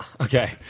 okay